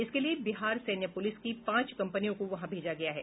इसके लिये बिहार सैन्य पुलिस की पांच कंपनियों को वहां भेजा गया है